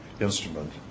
instrument